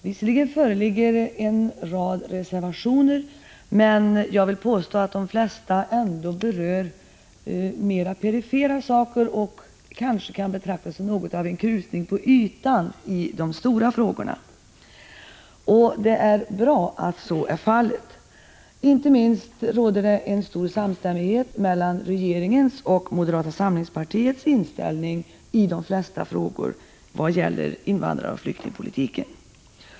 Visserligen föreligger en rad reservationer, men jag vill påstå att de flesta ändå berör mera perifera saker och kanske kan betraktas som något av en krusning på ytan i de stora frågorna. Det är bra att så är fallet. Inte minst råder det en stor samstämmighet mellan regeringens och moderata samlingspartiets inställning i de flesta frågor som gäller invandraroch flyktingpolitiken.